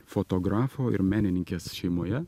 fotografo ir menininkės šeimoje